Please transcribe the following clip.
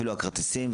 אפילו הכרטיסים.